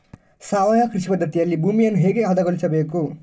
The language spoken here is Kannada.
ಸಾವಯವ ಕೃಷಿ ಪದ್ಧತಿಯಲ್ಲಿ ಭೂಮಿಯನ್ನು ಹೇಗೆ ಹದಗೊಳಿಸಬೇಕು?